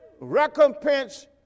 recompense